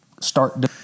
start